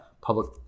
public